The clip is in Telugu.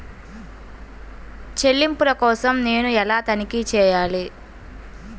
చెల్లింపుల కోసం నేను ఎలా తనిఖీ చేయాలి?